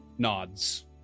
Nods